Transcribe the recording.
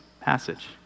passage